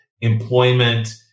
employment